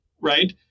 right